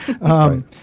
Right